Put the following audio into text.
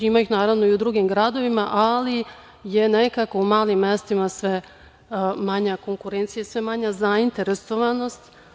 Ima ih naravno i u drugim gradovima, ali je nekako u manjim mestima manja konkurencija i sve manja zainteresovanost.